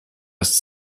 ist